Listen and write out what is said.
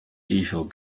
evil